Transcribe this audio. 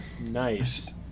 Nice